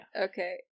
Okay